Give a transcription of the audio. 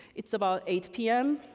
it's about eight p m.